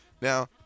Now